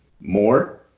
more